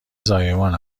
زایمان